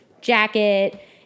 jacket